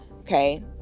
Okay